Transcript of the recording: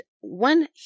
one